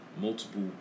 Multiple